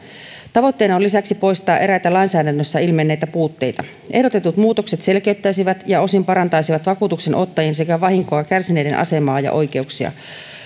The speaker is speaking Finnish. tavoitteena on lisäksi poistaa eräitä lainsäädännössä ilmenneitä puutteita ehdotetut muutokset selkeyttäisivät ja osin parantaisivat vakuutuksenottajien sekä vahinkoa kärsineiden asemaa ja oikeuksia